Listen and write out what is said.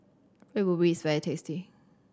Red Ruby is very tasty